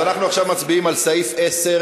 אז אנחנו עכשיו מצביעים על סעיף 10